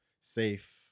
safe